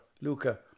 Luca